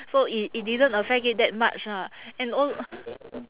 so it it didn't affect it that much ah and al~